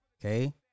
Okay